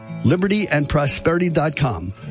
libertyandprosperity.com